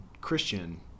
Christian